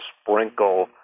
sprinkle